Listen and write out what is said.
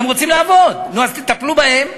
הם רוצים לעבוד, נו, אז תטפלו בהם.